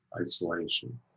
isolation